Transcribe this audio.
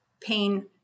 pain